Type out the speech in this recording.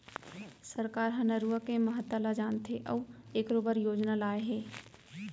सरकार ह नरूवा के महता ल जानथे अउ एखरो बर योजना लाए हे